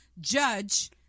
judge